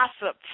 gossip